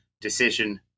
decision